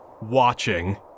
watching